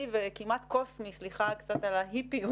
וכמעט קוסמי סליחה קצת על ההיפיות